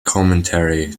commentary